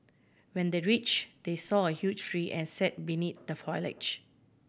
when they reached they saw a huge tree and sat beneath the foliage